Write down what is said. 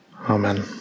Amen